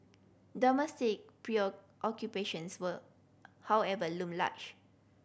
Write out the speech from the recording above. domestic preoccupations were however loom large